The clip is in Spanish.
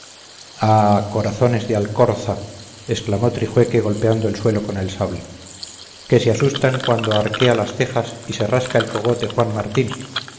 ah corazones de alcorza exclamó trijueque golpeando el suelo con el sable que se asustan cuando arquea las cejas y se rasca el cogote juan martín